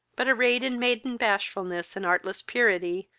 but, arrayed in maiden bashfulness and artless purity,